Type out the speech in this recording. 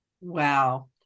wow